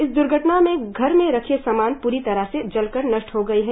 इस द्र्घटना में घर में रखे सामान पूरी तरह से जलकर नष्ट हो गए है